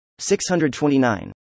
629